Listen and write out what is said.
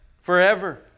Forever